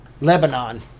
Lebanon